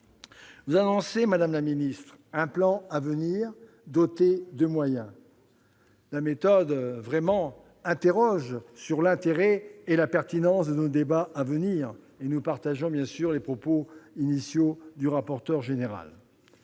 Vous annoncez, madame la ministre, un plan à venir, doté de moyens. La méthode interroge vraiment sur l'intérêt et la pertinence de nos débats à venir. Nous partageons bien évidemment les propos initiaux du rapporteur général.